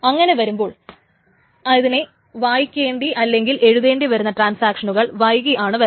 അങ്ങനെ വരുമ്പോൾ ഇതിനെ വായിക്കേണ്ടി അല്ലെങ്കിൽ എഴുതേണ്ടിയിരുന്ന ട്രാൻസാക്ഷനുകൾ വൈകി ആണ് വരുന്നത്